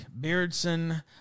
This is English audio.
Beardson